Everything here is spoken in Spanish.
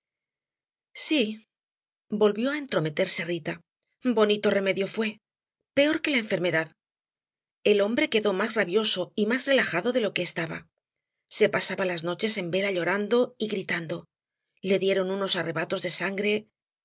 sí volvió á entrometerse rita bonito remedio fué peor que la enfermedad el hombre quedó más rabioso y más relajado de lo que estaba se pasaba las noches en vela llorando y gritando le dieron unos arrebatos de sangre